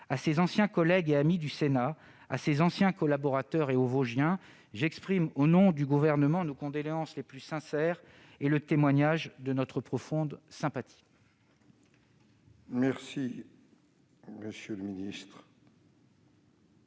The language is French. à ses anciens collègues et amis du Sénat, à ses anciens collaborateurs et aux Vosgiens, j'exprime au nom du Gouvernement nos condoléances les plus sincères et le témoignage de notre profonde sympathie. Monsieur le ministre,